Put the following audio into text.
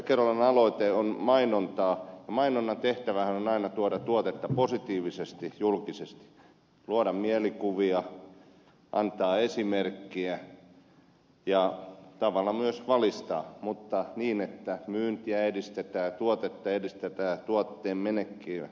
kerolan aloite on mainontaa ja mainonnan tehtävähän on aina tuoda tuotetta positiivisesti julkisuuteen luoda mielikuvia antaa esimerkkiä ja tavallaan myös valistaa mutta niin että myyntiä edistetään ja tuotetta edistetään ja tuotteen menekkiä edistetään